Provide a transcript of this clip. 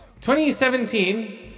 2017